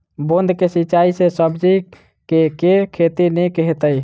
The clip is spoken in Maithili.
बूंद कऽ सिंचाई सँ सब्जी केँ के खेती नीक हेतइ?